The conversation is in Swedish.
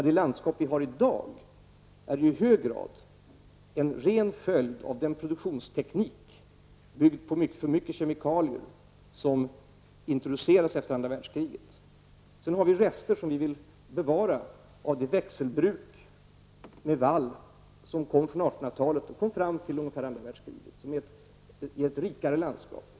Det landskap vi har i dag är ju i hög grad en följd av den produktionsteknik, byggt på för mycket kemikalier, som introducerades efter andra världskriget. Sedan har vi även rester av det växelbruk med vall som kom fram på 1800-talet och bedrevs fram till ungefär andra världskriget, som vi också vill bevara. Det ger ett rikare landskap.